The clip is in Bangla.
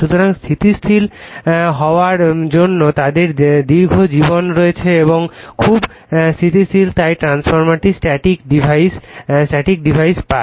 সুতরাং স্থিতিশীল হওয়ায় তাদের দীর্ঘ জীবন রয়েছে এবং খুব স্থিতিশীল তাই ট্রান্সফরমারটি স্ট্যাটিক ডিভাইস পায়